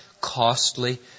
costly